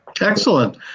Excellent